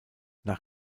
nach